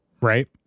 right